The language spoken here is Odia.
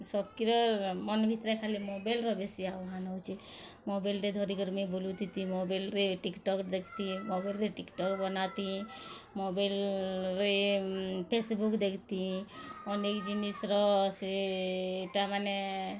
ସବ୍ କିରର୍ ମନ୍ ଭିତ୍ରେ ଖାଲି ମୋବାଇଲ୍ର ବେଶୀ ଆହ୍ୱାନ୍ ହଉଛେ ମୋବାଇଲ୍ଟେ ଧରିକରି ମୁଇଁ ବୁଲୁଥିତି ମୋବାଇଲ୍ରେ ଟିକ୍ଟକ୍ ଦେଖ୍ତି ମୋବାଇଲ୍ରେ ଟିକ୍ଟକ୍ ବନାତି ମୋବାଇଲ୍ରେ ଫେସ୍ବୁକ୍ ଦେଖ୍ତି ଅନେକ୍ ଜିନିଷ୍ ର ସେଇଟା ମାନେ